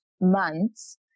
months